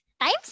Times